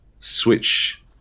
Switch